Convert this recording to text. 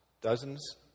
Dozens